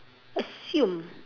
assume